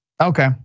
Okay